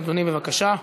אדוני, בבקשה.